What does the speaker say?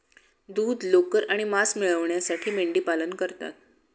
दूध, लोकर आणि मांस मिळविण्यासाठी मेंढीपालन करतात